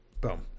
Boom